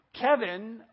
Kevin